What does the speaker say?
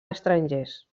estrangers